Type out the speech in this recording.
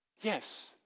Yes